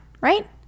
right